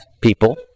people